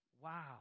wow